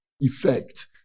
effect